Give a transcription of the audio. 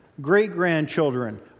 great-grandchildren